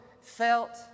felt